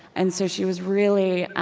and so she was really